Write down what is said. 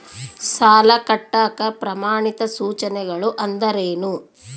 ಸಾಲ ಕಟ್ಟಾಕ ಪ್ರಮಾಣಿತ ಸೂಚನೆಗಳು ಅಂದರೇನು?